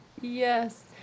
Yes